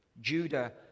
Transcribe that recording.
Judah